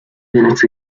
minutes